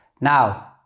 Now